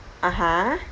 (uh huh)